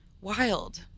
wild